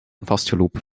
vastgelopen